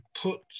put